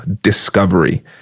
discovery